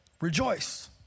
rejoice